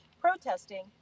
protesting